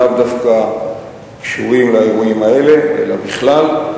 לאו דווקא קשורים לאירועים האלה אלא בכלל,